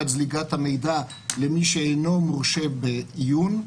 את זליגת המידע למי שאינו מורשה בעיון,